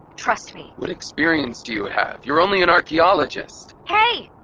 trust me what experience do you have? you're only an archaeologist! hey!